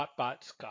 hotbotscott